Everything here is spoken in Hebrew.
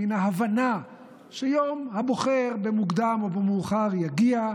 מההבנה שיום הבוחר במוקדם או במאוחר יגיע,